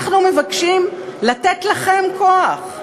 אנחנו מבקשים לתת לכם כוח.